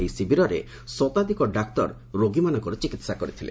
ଏହି ଶିବିରରେ ଶତାଧିକ ଡାକ୍ତର ରୋଗୀମାନଙ୍କର ଚିକିତ୍ସା କରିଥିଲେ